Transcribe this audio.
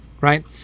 right